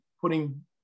putting